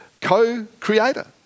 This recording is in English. co-creator